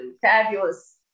fabulous